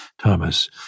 Thomas